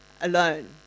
alone